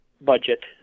budget